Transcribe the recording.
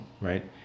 right